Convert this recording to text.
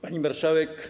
Pani Marszałek!